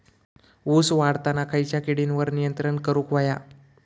ऊस वाढताना खयच्या किडींवर नियंत्रण करुक व्हया?